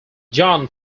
jon